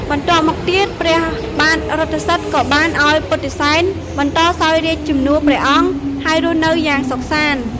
បន្ទាប់មកទៀតព្រះបាទរថសិទ្ធិក៏បានឲ្យពុទ្ធិសែនបន្តសោយរាជ្យជំនួសព្រះអង្គ ហើយរស់នៅយ៉ាងសុខសាន្ត។